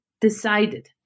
decided